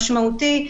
משמעותי,